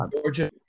Georgia